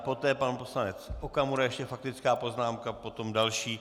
Poté pan poslanec Okamura ještě faktická poznámka, potom další.